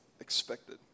expected